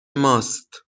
ماست